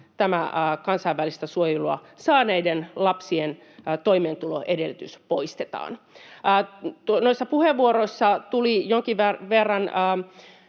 kansainvälistä suojelua saaneiden lapsien toimeentuloedellytys poistetaan. Noissa puheenvuoroissa tuli jonkin verran